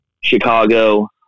Chicago